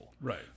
Right